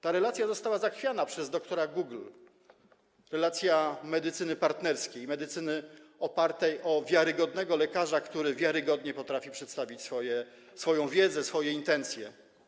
Ta relacja została zachwiana przez doktora Google, relacja medycyny partnerskiej, medycyny opartej na wiarygodnym lekarzu, który wiarygodnie potrafi przedstawić swoją wiedzę, swoje intencje.